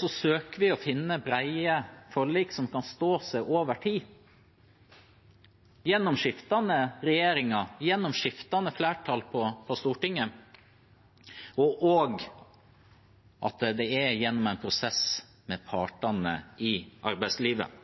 så søker vi å finne brede forlik som kan stå seg over tid, gjennom skiftende regjeringer, gjennom skiftende flertall på Stortinget – og også gjennom en prosess med partene i arbeidslivet.